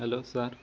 hello sir